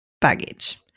baggage